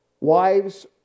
wives